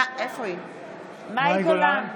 נגד איתן גינזבורג, בעד יואב גלנט,